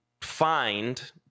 find